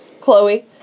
Chloe